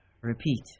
Repeat